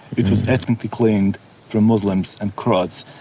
it was ethnically cleaned from muslims and croats,